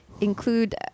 include